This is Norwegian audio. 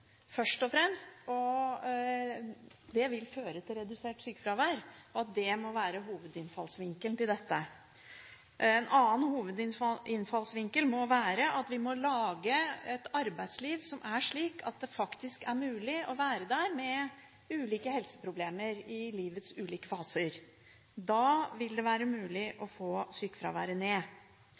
og at det vil føre til redusert sykefravær, må være hovedinnfallsvinkelen til dette. En annen hovedinnfallsvinkel må være at vi må lage et arbeidsliv som er slik at det faktisk er mulig å være der med ulike helseproblemer i livets ulike faser. Da vil det være mulig å få ned sykefraværet.